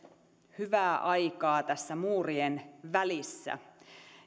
hyvää aikaa tässä muurien välissä